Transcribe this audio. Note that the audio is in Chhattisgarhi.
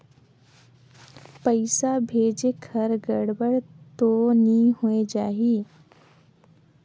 पइसा भेजेक हर गड़बड़ तो नि होए जाही?